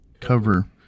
Cover